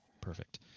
Perfect